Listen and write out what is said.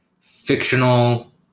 fictional